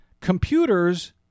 Computers